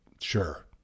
Sure